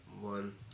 one